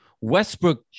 Westbrook